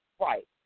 Right